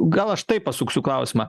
gal aš taip pasuksiu klausimą